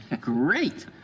great